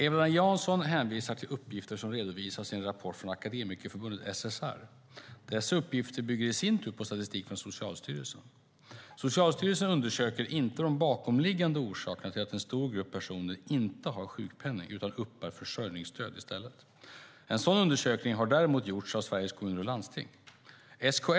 Eva-Lena Jansson hänvisar till uppgifter som redovisas i en rapport från Akademikerförbundet SSR. Dessa uppgifter bygger i sin tur på statistik från Socialstyrelsen. Socialstyrelsen undersöker inte de bakomliggande orsakerna till att en stor grupp personer inte har sjukpenning utan uppbär försörjningsstöd i stället. En sådan undersökning har däremot gjorts av Sveriges Kommuner och Landsting, SKL.